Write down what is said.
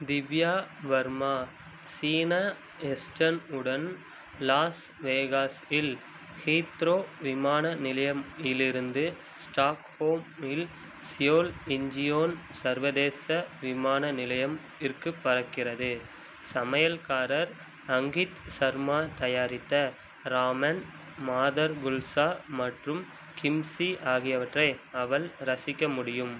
Divya Varma China eastern உடன் Las Vegas இல் Heathrow விமான நிலையம் இலிருந்து ஸ்டாக்ஹோம் இல் சியோல் இஞ்சியோன் சர்வதேச விமான நிலையம் இருக்குது பறக்கிறது சமையல்காரர் அங்கித் ஷர்மா தயாரித்த ராமென் மாதர் குல்சா மற்றும் கிம்சி ஆகியவற்றை அவள் ரசிக்க முடியும்